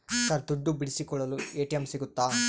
Sir ದುಡ್ಡು ಬಿಡಿಸಿಕೊಳ್ಳಲು ATM ಸಿಗುತ್ತಾ?